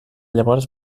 llavors